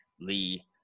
Lee